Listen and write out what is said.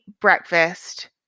breakfast